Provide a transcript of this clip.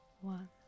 one